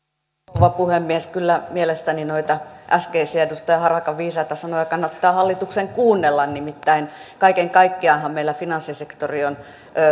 rouva puhemies kyllä mielestäni noita äskeisiä edustaja harakan viisaita sanoja kannattaa hallituksen kuunnella nimittäin kaiken kaikkiaanhan meillä finanssisektori on